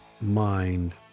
mind